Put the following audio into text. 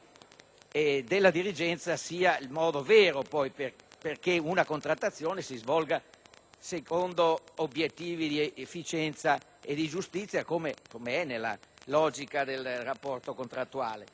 della dirigenza siano il modo vero perché una contrattazione si svolga secondo obiettivi di efficienza e giustizia, com'è nella logica del rapporto contrattuale.